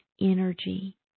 energy